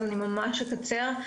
אז אני ממש אקצר,